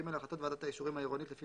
(ג) החלטות ועדת האישורים העירונית לפי